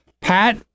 Pat